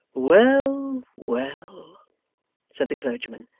well, well said the clergyman.